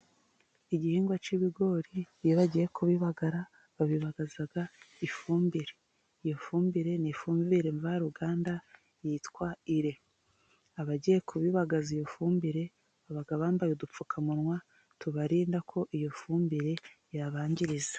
Igihingwa cy'ibigori iyo bagiye kubibagara babibagaza ifumbire. Iyo fumbire ni ifumbire mvaruganda yitwa Ire. Abagiye kubibagaza iyo fumbire baba bambaye udupfukamunwa tubarinda ko iyo fumbire yabangiriza.